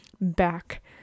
back